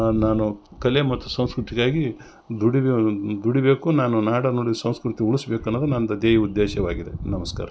ನಾನು ಕಲೆ ಮತ್ತು ಸಂಸ್ಕೃತಿಗಾಗಿ ದುಡಿ ದುಡಿಬೇಕು ನಾನು ನಾಡನುಡಿ ಸಂಸ್ಕೃತಿ ಉಳಸ್ಬೇಕು ಅನ್ನದ ನಂದು ಧ್ಯೇಯ ಉದ್ದೇಶವಾಗಿದೆ ನಮಸ್ಕಾರ